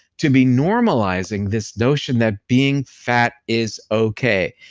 to be normalizing this notion that being fat is okay.